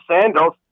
Sandals